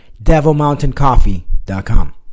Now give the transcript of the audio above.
DevilMountainCoffee.com